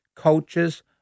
cultures